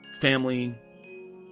family